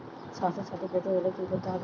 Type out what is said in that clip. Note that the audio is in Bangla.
স্বাস্থসাথী পেতে গেলে কি করতে হবে?